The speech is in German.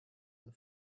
der